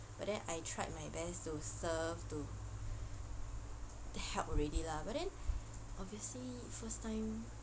but then I tried my best to serve to help already lah but then obviously first time